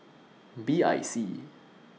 B I C